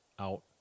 out